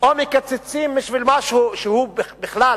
או אנחנו מקצצים במשהו שבכלל